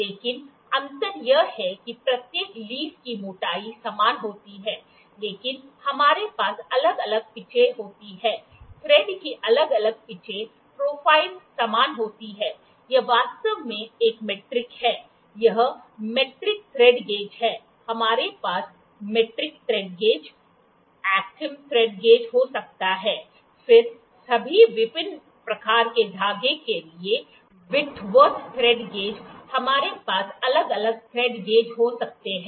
लेकिन अंतर यह है कि प्रत्येक पत्ती की मोटाई समान होती है लेकिन हमारे पास अलग अलग पिचें होती हैं थ्रेड की अलग अलग पिचें प्रोफ़ाइल समान होती हैं यह वास्तव में एक मीट्रिक है यह मीट्रिक थ्रेड गेज है हमारे पास metric thread gauge Acme thread gauge हो सकता है फिर सभी विभिन्न प्रकार के धागे के लिए व्हाइटवर्थ थ्रेड गेज हमारे पास अलग अलग थ्रेड गेज हो सकते हैं